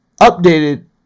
updated